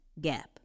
gap